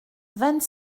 vingt